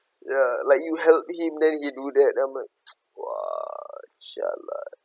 ya like you helped him then he do that then I'm like !wah! jialat